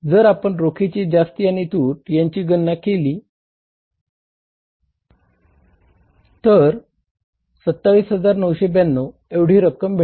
जर आपण रोखीची जास्ती आणि तूट यांची गणना केल्यानंर 27992 एवढी रक्कम भेटते